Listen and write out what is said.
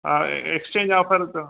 हा exchange offer त